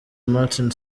martin